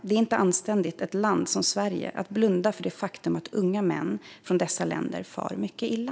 Det anstår inte ett land som Sverige att blunda för det faktum att unga pojkar från dessa länder far mycket illa.